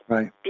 Right